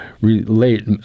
relate